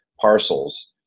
parcels